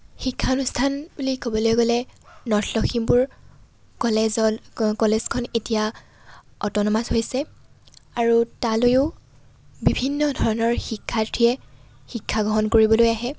শিক্ষা অনুষ্ঠান বুলি ক'বলৈ গ'লে নৰ্থ লখিমপুৰ কলেজল কলেজখন এতিয়া অট'নমাচ হৈছে আৰু তালৈও বিভিন্ন ধৰণৰ শিক্ষাৰ্থীয়ে শিক্ষা গ্ৰহণ কৰিবলৈ আহে